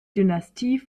dynastie